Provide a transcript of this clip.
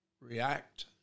React